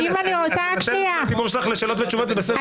את מנצלת זכותך לשאלות ותשובות.